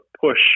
push